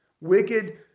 Wicked